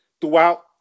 throughout